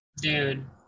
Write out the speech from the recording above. Dude